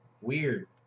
Weird